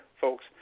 folks